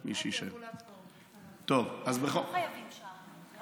לא חייבים שעה.